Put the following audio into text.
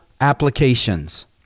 applications